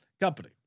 company